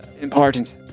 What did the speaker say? important